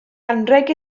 anrheg